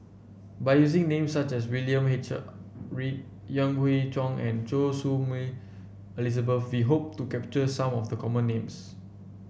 by using names such as William H Read Yan Hui Chang and Choy Su Moi Elizabeth we hope to capture some of the common names